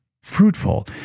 fruitful